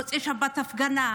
במוצאי שבת בהפגנה,